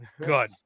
good